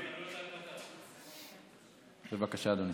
בבקשה, אדוני.